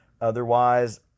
otherwise